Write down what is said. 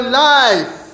life